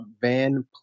Van